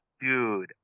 dude